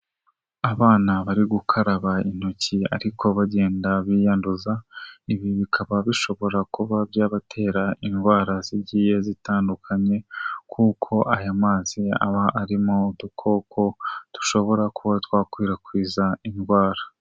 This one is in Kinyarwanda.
Abana bari gukaraba intoki ariko bagenda biyanduza, ibi bikaba bishobora kuba byabatera indwara zigiye zitandukanye, kuko aya mazi yaba aba arimo udukoko dushobora kuba twakwirakwiza indwara.